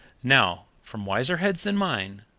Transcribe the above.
now, from wiser heads than mine,